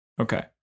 okay